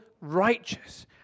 righteous